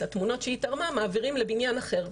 את התמונות שהיא תרמה מעבירים לבניין אחר,